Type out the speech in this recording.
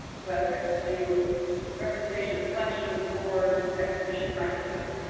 whether it's to do with representation and collections boards, exhibition practices,